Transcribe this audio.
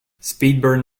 speedbird